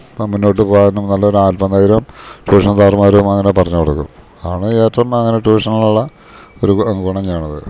അപ്പം മുന്നോട്ട് പോകാനും നല്ലൊരു ആത്മധൈര്യോം ട്യൂഷൻ സാർമാരും അങ്ങനെ പറഞ്ഞ് കൊടുക്കും ആണ് ഏറ്റോം അങ്ങനെ ട്യൂഷനെന്നൊള്ള ഒരു ഗുണം ഗുണം ചെയ്യണത്